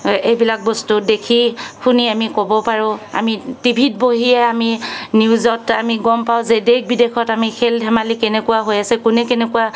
এইবিলাক বস্তু দেখি শুনি আমি ক'ব পাৰোঁ আমি টিভিত বহিয়ে আমি নিউজত আমি গ'ম পাওঁ যে দেশ বিদেশত আমি খেল ধেমালি কেনেকুৱা হৈ আছে কোনে কেনেকুৱা